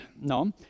no